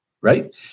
right